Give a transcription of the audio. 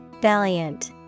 Valiant